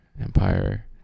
Empire